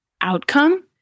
outcome